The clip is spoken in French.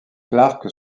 clark